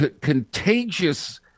contagious